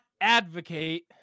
advocate